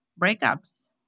breakups